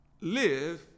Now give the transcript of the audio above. live